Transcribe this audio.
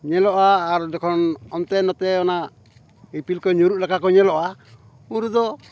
ᱧᱮᱞᱚᱜᱼᱟ ᱟᱨ ᱡᱚᱠᱷᱚᱱ ᱚᱱᱛᱮ ᱱᱚᱛᱮ ᱚᱱᱟ ᱤᱯᱤᱞ ᱠᱚ ᱧᱩᱨᱩᱜ ᱞᱮᱠᱟ ᱠᱚ ᱧᱮᱞᱚᱜᱼᱟ ᱩᱱ ᱨᱮᱫᱚ